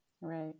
Right